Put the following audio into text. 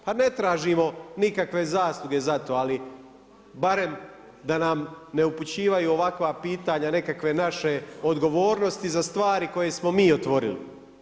Pa ne tražimo nikakve zasluge za to ali barem da nam ne upućivaju ovakva pitanja, nekakve naše odgovornosti za stvari koje smo mi otvorili.